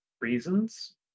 reasons